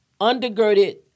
undergirded